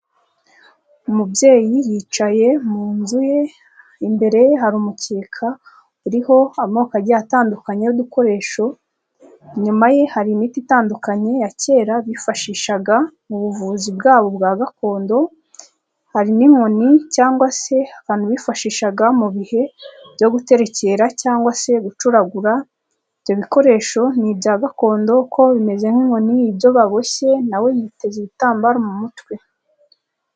Umubyeyi yicaye mu nzu ye, imbere ye hari umukeka uriho amoko ajya atandukanye y'udukoresho, inyuma ye hari imiti itandukanye ya kera bifashishaga mu buvuzi bwabo bwa gakondo, hari n'inkoni cyangwa se abantu bifashishaga mu bihe byo guterekera cyangwa se gucuragura, ibyo bikoresho ni ibya gakondo kuko bimeze nk'inkoni ibyo baboshye nawe yiteze ibitambaro mu mutwe.